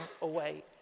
away